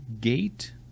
Gate